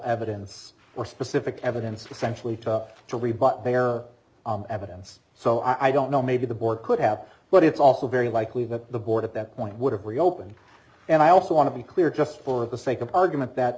evidence or specific evidence essential it up to rebut they are evidence so i don't know maybe the board could have but it's also very likely that the board at that point would have reopened and i also want to be clear just for the sake of argument that